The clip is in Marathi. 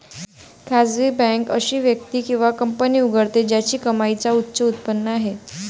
खासगी बँक अशी व्यक्ती किंवा कंपनी उघडते ज्याची कमाईची उच्च उत्पन्न आहे